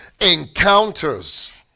encounters